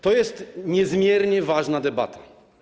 To jest niezmiernie ważna debata.